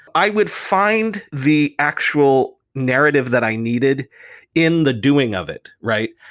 i would find the actual narrative that i needed in the doing of it, right?